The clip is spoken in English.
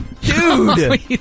Dude